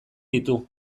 ditu